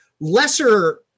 Lesser